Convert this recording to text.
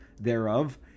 thereof